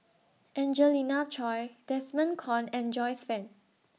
Angelina Choy Desmond Kon and Joyce fan